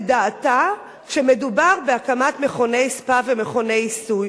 דעתה כשמדובר בהקמת מכוני ספא ומכוני עיסוי.